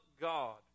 God